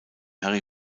harry